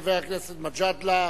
לחבר הכנסת מג'אדלה.